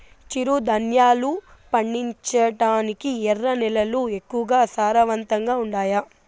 చిరుధాన్యాలు పండించటానికి ఎర్ర నేలలు ఎక్కువగా సారవంతంగా ఉండాయా